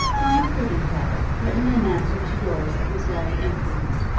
my prudent letter written in answer to yours that was very imprudent.